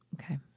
Okay